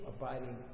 abiding